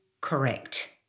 correct